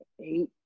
eight